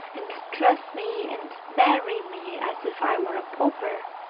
and dress me, and marry me, as if i were a pauper.